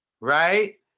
right